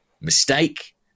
mistake